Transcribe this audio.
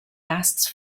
lasts